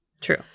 true